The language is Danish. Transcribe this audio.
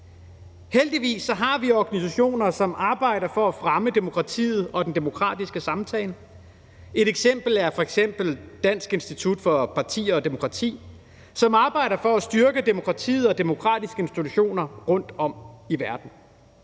Heldigvis har vi organisationer, som arbejder for at fremme demokratiet og den demokratiske samtale. Et eksempel er Dansk Institut for Partier og Demokrati, som arbejder for at styrke demokratiet og demokratiske institutioner rundtom i verden.